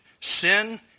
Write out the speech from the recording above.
Sin